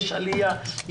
יש עלייה,